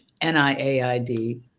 NIAID